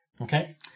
Okay